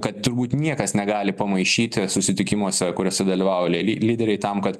kad turbūt niekas negali pamaišyti susitikimuose kuriuose dalyvauja ly lyderiai tam kad